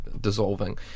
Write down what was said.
dissolving